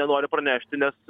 nenori pranešti nes